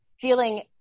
feeling